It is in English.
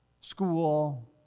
school